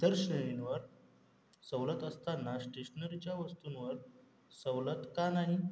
इतर श्रेणींवर सवलत असताना स्टेशनरीच्या वस्तूंवर सवलत का नाही